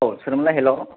औ सोरमोनलाय हेल'